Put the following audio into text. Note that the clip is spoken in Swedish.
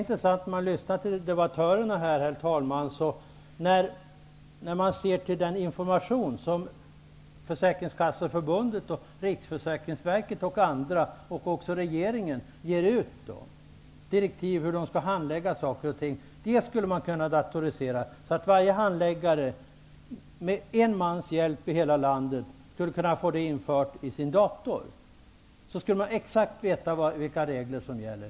När man lyssnar till debattörerna här i kammaren, herr talman, och när man ser till den information som Försäkringskasseförbundet, Riksförsäkringsverket och också regeringen ger ut, med direktiv om hur saker och ting skall handläggas, är det intressant att kunna notera att detta skulle kunna datoriseras. Varje handläggare i hela landet skulle, med hjälp av en man, kunna få denna information införd i sin dator. Man skulle då exakt veta vilka regler som gäller.